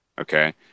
okay